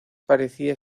parecía